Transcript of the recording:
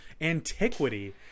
antiquity